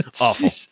Awful